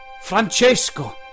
Francesco